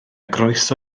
groeso